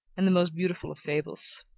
and the most beautiful of fables.